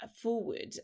forward